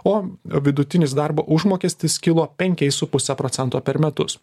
o vidutinis darbo užmokestis kilo penkiais su puse procento per metus